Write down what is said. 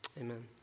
Amen